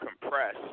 compress